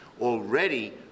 already